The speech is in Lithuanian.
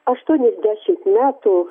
aštuoniasdešimt metų